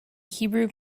hebrew